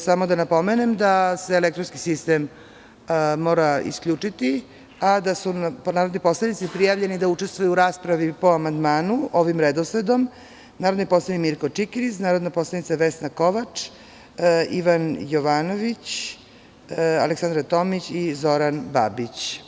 Samo da napomenem da se elektronski sistem mora isključiti, a da su narodni poslanici prijavljeni da učestvuju u raspravi po amandmanu ovim redosledom: narodni poslanik Mirko Čikiriz, narodna poslanica Vesna Kovač, Ivan Jovanović, Aleksandra Tomić i Zoran Babić.